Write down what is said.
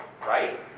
Right